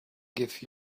give